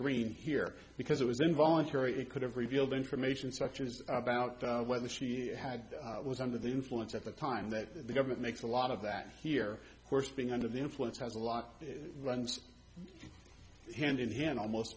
green here because it was involuntary it could have revealed information structures about whether she had was under the influence at the time that the government makes a lot of that here course being under the influence has a lot runs hand in hand almost